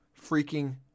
freaking